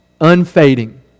unfading